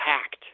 hacked